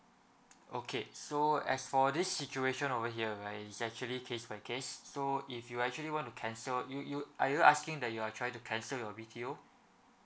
okay so as for this situation over here right it's actually case by case so if you actually want to cancel you you are you asking that you are trying to cancel your B_T_O